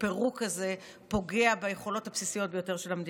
הפירוק הזה פוגע ביכולות הבסיסיות ביותר של המדינה.